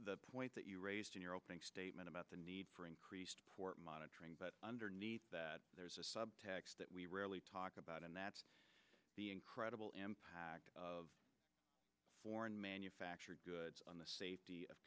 the point that you raised in your opening statement about the need for increased port monitoring but underneath that there's a subtext that we rarely talk about and that the incredible impact of foreign manufactured goods on the safety of